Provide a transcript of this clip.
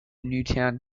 newtown